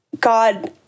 God